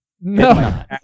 No